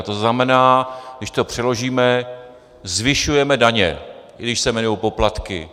To znamená, když to přeložíme, zvyšujeme daně, i když se jmenují poplatky.